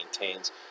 maintains